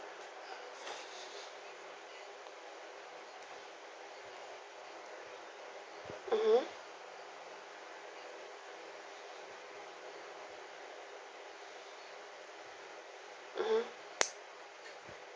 mmhmm mmhmm